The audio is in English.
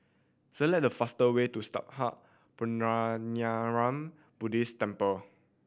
select the fastest way to Sattha Puchaniyaram Buddhist Temple